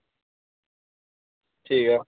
ठीक ऐ